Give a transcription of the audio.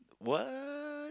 what